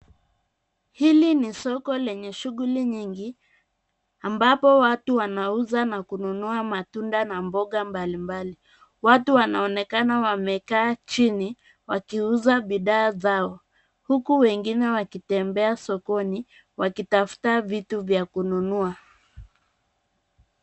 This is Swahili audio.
Hili ni soko lenye shughuli nyingi ambapo watu wanauza na kununua matunda na mboga mbalimbali. Watu wanaonekana wamekaa chini wakiuza bidhaa zao huku wengine wakitembea sokoni wakitafuta vitu vya kununua.